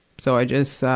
so i just, ah,